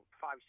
five